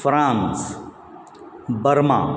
France Burma